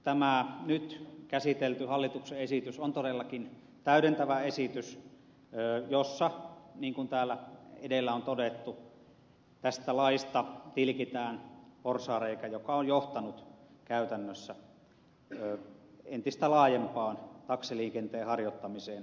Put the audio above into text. siksi tämä nyt käsitelty hallituksen esitys on todellakin täydentävä esitys jossa niin kuin täällä edellä on todettu tästä laista tilkitään porsaanreikä joka on johtanut käytännössä entistä laajempaan taksiliikenteen harjoittamiseen kuorma autoilla